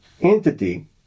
entity